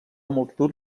multitud